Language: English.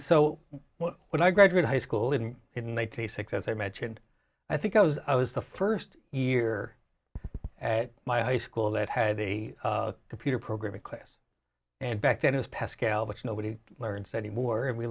so when i graduate high school in one thousand six as i mentioned i think i was i was the first year at my high school that had a computer programming class and back then is pascal which nobody learns anymore and we